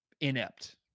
inept